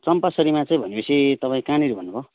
चम्पासरीमा चाहिँ भनेपछि तपाईँ कहाँनिर भन्नुभयो